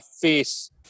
face